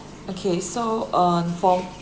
okay so on for